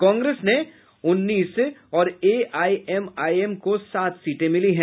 कांग्रेस ने उन्नीस और एआईएमआईएम को सात सीटें मिली हैं